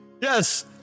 Yes